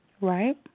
Right